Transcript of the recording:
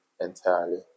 entirely